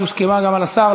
שהוסכמה גם על השר,